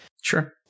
sure